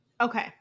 Okay